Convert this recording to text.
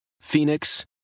Phoenix